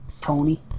Tony